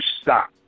stop